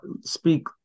speak